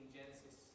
Genesis